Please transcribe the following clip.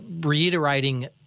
reiterating